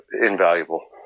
invaluable